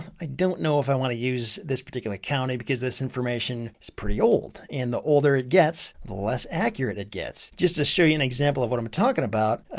i don't know if i want to use this particular county because this information is pretty old. and the older it gets, the less accurate it gets. just to show you an example of what i'm talking about.